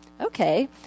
okay